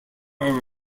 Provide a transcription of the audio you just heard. are